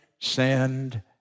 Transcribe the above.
send